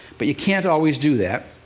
but you can't always do that.